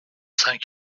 cinq